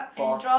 force